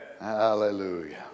Hallelujah